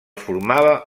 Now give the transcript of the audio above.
formava